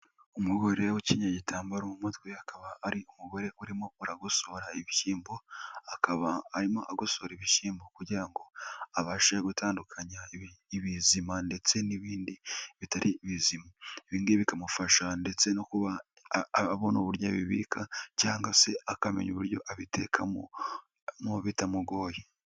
Umugore ukenyeye igitambaro mu mutwe, akaba ari umugore urimo uragosora ibishyimbo, akaba arimo agosora ibishyimbo, kugira ngo abashe gutandukanya ibizima ndetse n'ibindi bitari ibizima. Ibi ngibi bikamufasha ndetse no kuba abona uburyo abibika cyangwa se akamenya uburyo abitekamo bitamugoye.